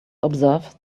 observe